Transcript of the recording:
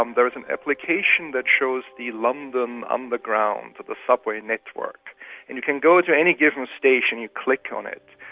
um there is an application that shows the london underground, the subway network, and you can go to any given station, you click on it,